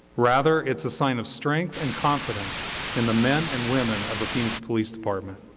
rather, it's a sign of strength and confidence in the men and women of the phoenix police department.